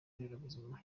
nderabuzima